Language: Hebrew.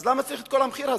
אז למה צריך את כל המחיר הזה?